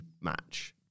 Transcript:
match